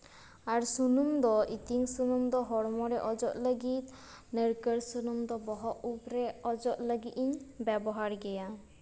ᱟᱨ ᱥᱩᱱᱩᱢ ᱫᱚ ᱩᱛᱤᱧ ᱥᱩᱱᱩᱢ ᱫᱚ ᱦᱚᱲᱢᱚᱨᱮ ᱚᱡᱚᱜ ᱞᱟᱹᱜᱤᱫ ᱱᱟᱹᱲᱠᱟᱹᱞ ᱥᱩᱱᱩᱢ ᱫᱚ ᱵᱚᱦᱚᱜ ᱩᱵᱨᱮ ᱚᱡᱚᱜ ᱞᱟᱹᱜᱤᱫ ᱤᱧ ᱵᱮᱵᱚᱦᱟᱨ ᱜᱮᱭᱟ